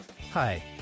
Hi